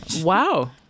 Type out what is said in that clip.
Wow